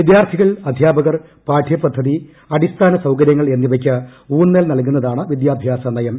വിദ്യാർത്ഥികൾ അധ്യാപകർ പാഠ്യപദ്ധതി അടിസ്ഥാനസൌകരൃങ്ങൾ എന്നിവയ്ക്ക് ഊന്നൽ നൽകുന്നതാണ് വിദ്യാഭ്യാസ നയം